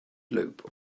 loop